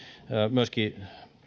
myöskin